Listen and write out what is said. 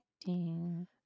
ding